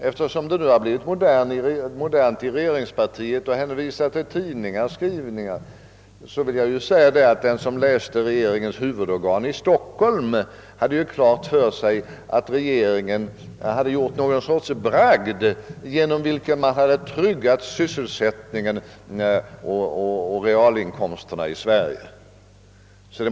Eftersom det nu har blivit modernt i regeringspartiet att hänvisa till vad tidningarna skriver vill jag säga, att den som läste regeringens huvudorgan i Stockholm fick intrycket, att regeringen hade gjort någon sorts bragd, genom vilken man hade tryggat sysselsättningen och realinkomsterna i Sverige.